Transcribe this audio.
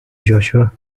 joshua